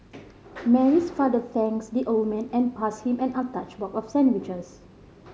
Mary's father thanks the old man and pass him an untouched box of sandwiches